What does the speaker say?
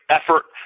effort